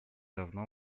давно